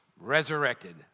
resurrected